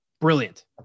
Brilliant